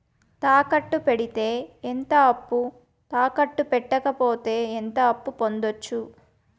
తాకట్టు పెడితే ఎంత అప్పు, తాకట్టు పెట్టకపోతే ఎంత అప్పు పొందొచ్చు?